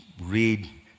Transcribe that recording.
read